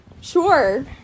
sure